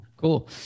Cool